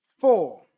four